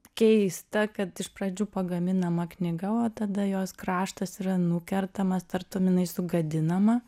keista kad iš pradžių pagaminama knyga o tada jos kraštas yra nukertamas tartum jinai sugadinama